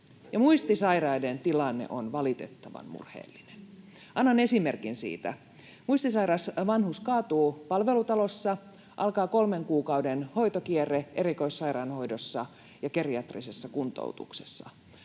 muistisairaiden tilanne on valitettavan murheellinen. Annan esimerkin siitä: Muistisairas vanhus kaatuu palvelutalossa, alkaa kolmen kuukauden hoitokierre erikoissairaanhoidossa ja geriatrisessa kuntoutuksessa.